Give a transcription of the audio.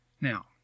Now